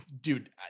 dude